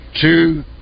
two